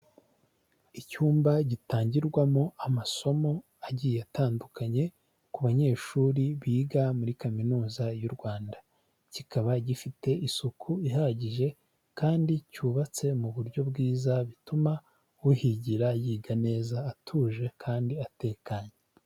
Icyumba gitangirwamo amasomo agiye atandukanye ku banyeshuri biga muri kaminuza y'u Rwanda, kikaba gifite isuku ihagije, kandi cyubatse mu buryo bwiza bituma uhigira yiga neza, atuje kandi atekanye.